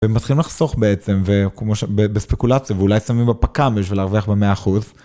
ומתחילים לחסוך בעצם בספקולציה ואולי שמים בפקם בשביל להרוויח במאה אחוז.